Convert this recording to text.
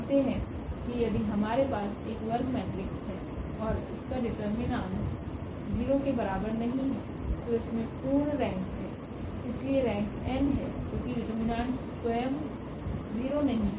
मानते है कि यदि हमारे पास एक वर्ग मेट्रिक्स है और इसका डिटरमिनेंट 0 के बराबर नहीं है तो इसमें पूर्ण रेंक है इसलिए रेंक n है क्योंकि डिटरमिनेंट स्वयं 0 नहीं है